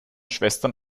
schwestern